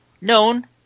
known